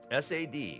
SAD